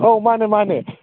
ꯑꯧ ꯃꯥꯅꯦ ꯃꯥꯅꯦ